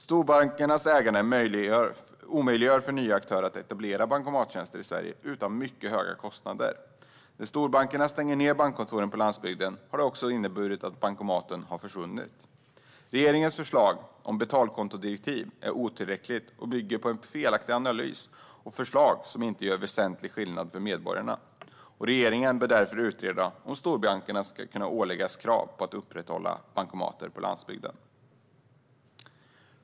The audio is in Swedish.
Storbankernas ägande omöjliggör för nya aktörer att etablera bankomatjänster i Sverige utan mycket höga kostnader. När storbankerna stänger ned bankkontoren på landsbygden har det också inneburit att bankomaten har försvunnit. Regeringens förslag om betalkontodirektiv är otillräckligt och bygger på en felaktig analys och förslag som inte gör väsentlig skillnad för medborgarna. Regeringen bör därför utreda om storbankerna ska kunna åläggas krav på att upprätthålla bankomater på landsbygden.